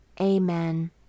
Amen